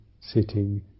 sitting